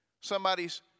somebody's